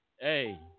Hey